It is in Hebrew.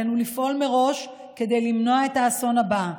עלינו לפעול מראש כדי למנוע את האסון הבא,